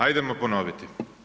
Ajdemo ponoviti.